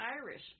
Irish